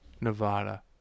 Nevada